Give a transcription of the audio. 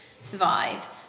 survive